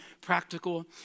practical